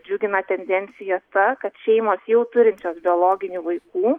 džiugina tendencija ta kad šeimos jau turinčios biologinių vaikų